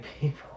people